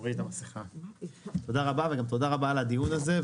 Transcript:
וגם תודה רבה על הדיון הזה.